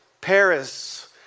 Paris